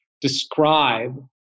describe